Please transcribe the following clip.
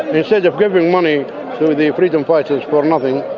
instead of giving money to the freedom fighters for nothing,